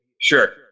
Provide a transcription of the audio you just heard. sure